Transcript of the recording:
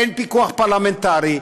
אין פיקוח פרלמנטרי.